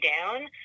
down